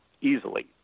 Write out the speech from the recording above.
easily